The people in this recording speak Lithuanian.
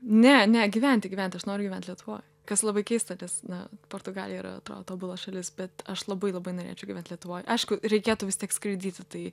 ne ne gyventi gyventi aš noriu gyvent lietuvoj kas labai keista nes na portugalija yra atrodo tobula šalis bet aš labai labai norėčiau gyvent lietuvoj aišku reikėtų vis tiek skraidyti tai